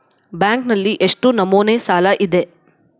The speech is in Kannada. ಬ್ಯಾಂಕಿನಲ್ಲಿ ಎಷ್ಟು ನಮೂನೆ ಸಾಲ ಇದೆ?